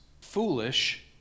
foolish